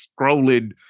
scrolling